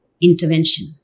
intervention